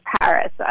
Paris